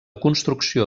construcció